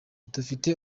dufite